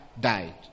died